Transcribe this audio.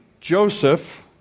Joseph